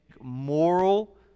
moral